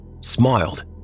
smiled